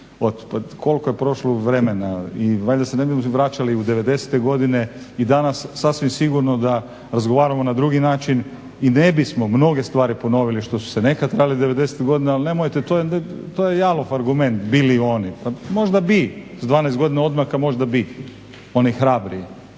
od, koliko je prošlo vremena i valjda se ne bi vraćali u 90. godine. I danas sasvim sigurno da razgovaramo na drugi način i ne bi smo mnoge stvari ponovili što su se nekad radile 90.godine., ali nemojte to je jalov argument, bi li on. Možda bi s 12 godina odmaka, možda bi, oni hrabri.